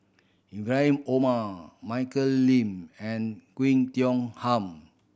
Ibrahim Omar Michelle Lim and Tiong Ham